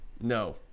no